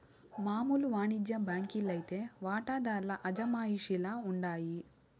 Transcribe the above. మామూలు వానిజ్య బాంకీ లైతే వాటాదార్ల అజమాయిషీల ఉండాయి